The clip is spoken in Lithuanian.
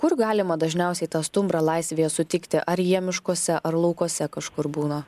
kur galima dažniausia tą stumbrą laisvėje sutikti ar jie miškuose ar laukuose kažkur būna